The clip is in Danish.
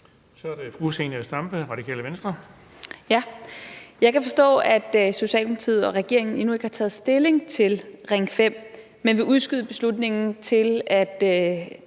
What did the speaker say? Så er det fru Zenia Stampe, Radikale Venstre. Kl. 17:13 Zenia Stampe (RV): Jeg kan forstå, at Socialdemokratiet og regeringen endnu ikke har taget stilling til Ring 5, men vil udskyde beslutningen, til den